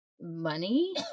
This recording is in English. money